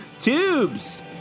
Tubes